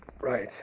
Right